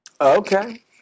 okay